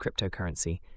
cryptocurrency